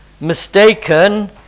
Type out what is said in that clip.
mistaken